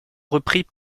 repris